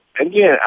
again